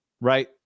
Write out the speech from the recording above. right